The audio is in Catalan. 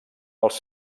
als